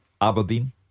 Aberdeen